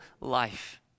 life